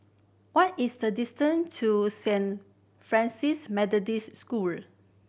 what is the distance to Saint Francis Methodist School